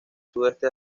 sudeste